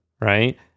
right